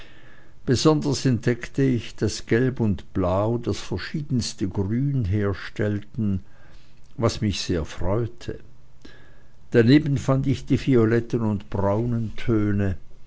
besonders entdeckte ich daß gelb und blau das verschiedenste grün herstellten was mich sehr freute daneben fand ich die violetten und braunen töne